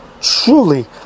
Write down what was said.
truly